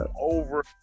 Over